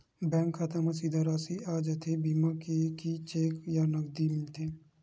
Bank खाता मा सीधा राशि आ जाथे बीमा के कि चेक या नकदी मिलथे?